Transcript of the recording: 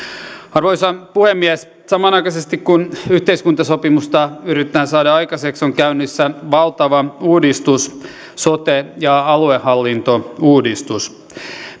arvoisa puhemies samanaikaisesti kun yhteiskuntasopimusta yritetään saada aikaiseksi on käynnissä valtava uudistus sote ja aluehallintouudistus